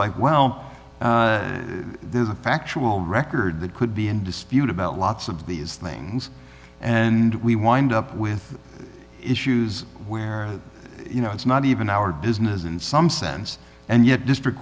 like well there's a factual record that could be in dispute about lots of these things and we wind up with issues where you know it's not even our business in some sense and yet district